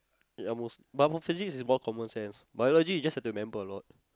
ya most but Physics is just common sense Biology you just have to remember a lot